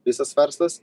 visas verslas